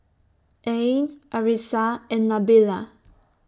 Ain Arissa and Nabila